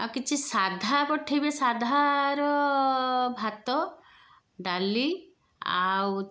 ଆଉ କିଛି ସାଧା ପଠେଇବେ ସାଧାର ଭାତ ଡାଲି ଆଉ